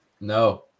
No